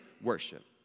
worship